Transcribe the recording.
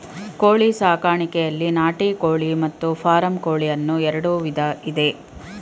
ಕೋಳಿ ಸಾಕಾಣಿಕೆಯಲ್ಲಿ ನಾಟಿ ಕೋಳಿ ಮತ್ತು ಫಾರಂ ಕೋಳಿ ಅನ್ನೂ ಎರಡು ವಿಧ ಇದೆ